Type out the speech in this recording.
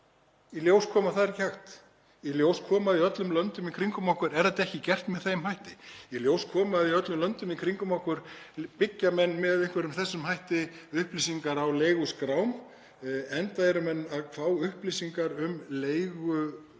Í ljós kom að það var ekki hægt, í ljós kom að í öllum löndum í kringum okkur er þetta ekki gert með þeim hætti. Í ljós kom að í öllum löndum í kringum okkur byggja menn með einhverjum hætti upplýsingar á leiguskrám, enda eru menn að fá upplýsingar um leiguverð